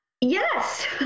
Yes